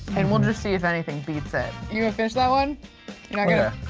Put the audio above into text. and we'll just see if anything beats it. you gonna finish that one? you're not gonna